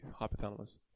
hypothalamus